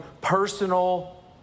personal